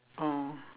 oh